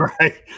right